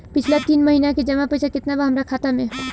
पिछला तीन महीना के जमा पैसा केतना बा हमरा खाता मे?